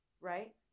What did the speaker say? Right